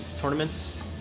tournaments